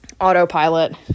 autopilot